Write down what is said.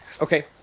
Okay